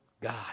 God